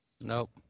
Nope